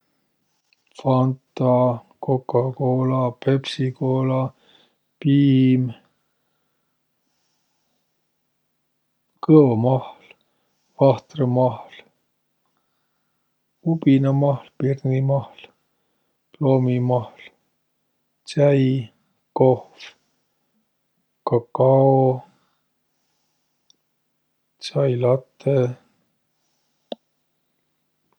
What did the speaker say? Fanta, kokakoola, pepsikoola, piim, kõomahl, vahtrõmahl, ubinamahl, ploomimahl, tsäi, kohv, kakao, tsai late.